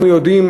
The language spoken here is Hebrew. אנחנו יודעים